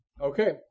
Okay